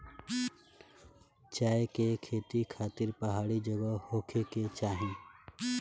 चाय के खेती खातिर पहाड़ी जगह होखे के चाही